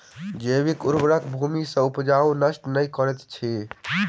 जैविक उर्वरक भूमि के उपजाऊपन नष्ट नै करैत अछि